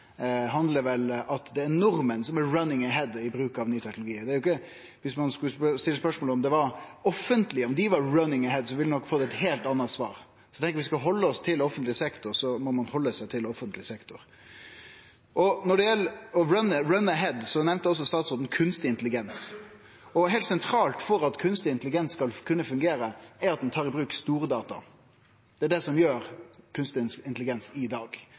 handlar vel om at det er nordmenn som «are running ahead» i bruk av ny teknologi. Om ein skulle stille spørsmålet om det offentlege var «running ahead», ville ein nok ha fått eit heilt anna svar. Så eg tenkjer at om ein skal halde seg til offentleg sektor, må ein halde seg til offentleg sektor. Når det gjeld «to run ahead», nemnde òg statsråden kunstig intelligens. Og heilt sentralt for at kunstig intelligens skal kunne fungere, er det at ein tar i bruk stordata. Det er det som gjer kunstig intelligens i dag.